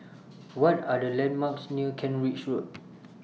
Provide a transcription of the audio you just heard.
What Are The landmarks near Kent Ridge Road